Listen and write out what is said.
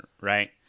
right